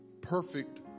perfect